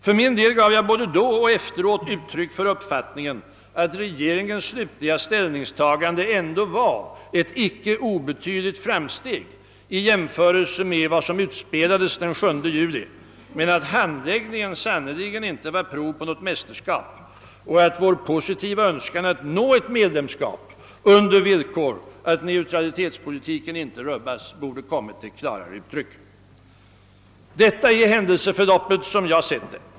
För min del gav jag både då och efteråt uttryck för uppfattningen att regeringens slutliga ställningstagande ändå var ett icke obetydligt framsteg i jämförelse med vad som utspelades den 7 juli men att handläggningen sannerligen inte gav prov på något mästerskap och att vår positiva önskan att nå ett medlemskap på villkor att neutralitetspolitiken inte rubbades borde ha kommit till klarare uttryck. Detta är händelseförloppet som jag sett det.